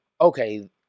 okay